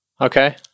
Okay